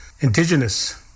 indigenous